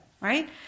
right